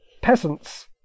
peasants